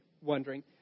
wondering